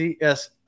Yes